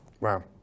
wow